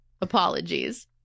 Apologies